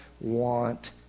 want